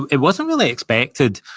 it wasn't really expected.